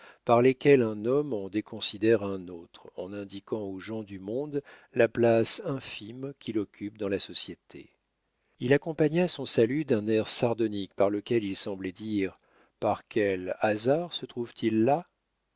par lesquels un homme en déconsidère un autre en indiquant aux gens du monde la place infime qu'il occupe dans la société il accompagna son salut d'un air sardonique par lequel il semblait dire par quel hasard se trouve-t-il là